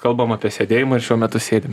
kalbam apie sėdėjimą ir šiuo metu sėdim